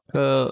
err